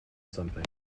something